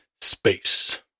space